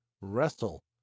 wrestle